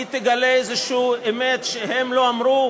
היא תגלה איזושהי אמת שהם לא אמרו?